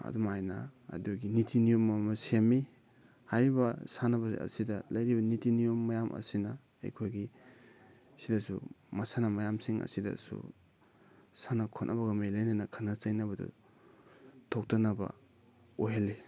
ꯑꯗꯨꯝ ꯍꯥꯏꯅ ꯑꯗꯨꯒꯤ ꯅꯤꯇꯤ ꯅꯤꯌꯣꯝ ꯑꯃ ꯑꯃ ꯁꯦꯝꯃꯤ ꯍꯥꯏꯔꯤꯕ ꯁꯥꯟꯅꯕ ꯑꯁꯤꯗ ꯂꯩꯔꯤꯕ ꯅꯤꯇꯤ ꯅꯤꯌꯣꯝ ꯃꯌꯥꯝ ꯑꯁꯤꯅ ꯑꯩꯈꯣꯏꯒꯤ ꯁꯤꯗꯁꯨ ꯃꯁꯥꯟꯅ ꯃꯌꯥꯝꯁꯤꯡ ꯑꯁꯤꯗꯁꯨ ꯁꯥꯟꯅ ꯈꯣꯠꯅꯕꯒ ꯃꯔꯤ ꯂꯩꯅꯅ ꯈꯠꯅ ꯆꯩꯅꯕꯗꯨ ꯊꯣꯛꯇꯅꯕ ꯑꯣꯏꯍꯜꯂꯤ